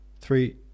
three